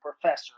professor